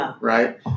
Right